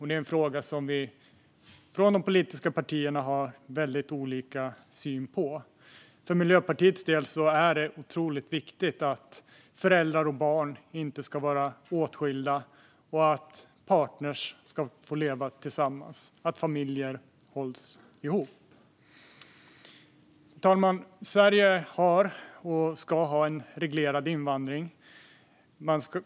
Det är en fråga som vi från de politiska partierna har väldigt olika syn på. För Miljöpartiets del är det otroligt viktigt att föräldrar och barn inte ska vara åtskilda, att partner ska få leva tillsammans och att familjer hålls ihop. Fru talman! Sverige har och ska ha en reglerad invandring.